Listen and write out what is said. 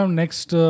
next